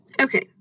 Okay